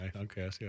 Okay